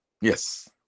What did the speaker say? Yes